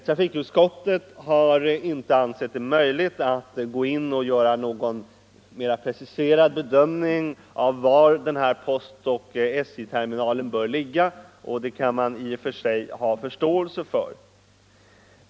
Trafikutskottet har inte ansett det möjligt att göra någon mera preciserad bedömning av var denna postoch SJ-terminal bör ligga, och det kan man i och för sig ha förståelse för.